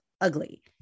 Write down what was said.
ugly